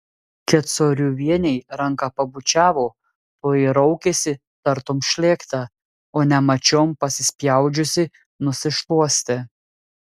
kecoriuvienei ranką pabučiavo toji raukėsi tartum šlėkta o nemačiom pasispjaudžiusi nusišluostė